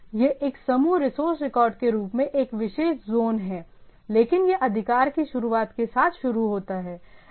तो यह एक समूह रिसोर्स रिकॉर्ड के रूप में एक विशेष जॉन है लेकिन यह अधिकार की शुरुआत के साथ शुरू होता है